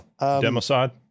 Democide